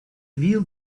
wheeled